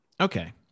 Okay